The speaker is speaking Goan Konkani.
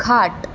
खाट